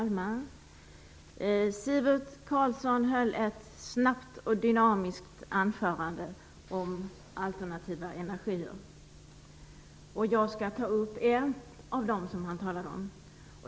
Herr talman! Sivert Carlsson höll ett snabbt och dynamiskt anförande om alternativ energi. Jag skall ta upp ett av de energislag som han talade om.